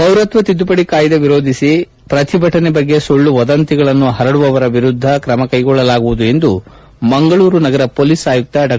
ಪೌರತ್ವ ತಿದ್ದುಪಡಿ ಕಾಯ್ದೆ ವಿರೋಧಿಸಿ ಪ್ರತಿಭಟನೆ ಬಗ್ಗೆ ಸುಳ್ಳು ವದಂತಿಗಳನ್ನು ಪರಡುವವರ ವಿರುದ್ದ ತ್ರಮ ಕೈಗೊಳ್ಳಲಾಗುವುದು ಎಂದು ಮಂಗಳೂರು ನಗರ ಪೊಲೀಸ್ ಆಯುಕ್ತ ಡಾ